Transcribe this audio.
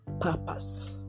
purpose